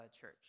church